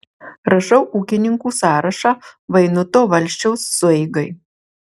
rašau ūkininkų sąrašą vainuto valsčiaus sueigai